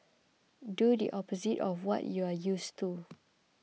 do the opposite of what you are used to